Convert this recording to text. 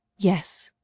yes,